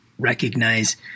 recognize